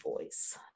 voice